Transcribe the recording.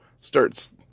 starts